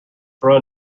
run